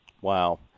Wow